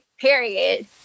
period